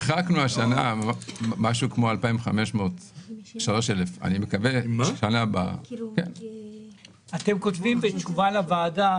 הרחקנו השנה משהו כמו 2,500 3,000. בתשובה לוועדה